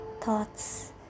thoughts